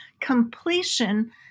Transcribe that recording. completion